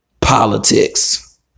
politics